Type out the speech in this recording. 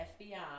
FBI